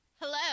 Hello